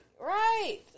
right